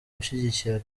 gushyigikira